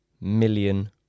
million